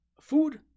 food